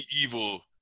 evil